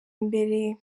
imbere